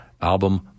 album